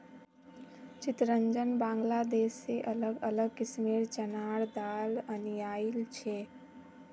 चितरंजन बांग्लादेश से अलग अलग किस्मेंर चनार दाल अनियाइल छे